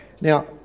Now